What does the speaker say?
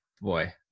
boy